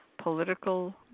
political